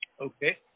Okay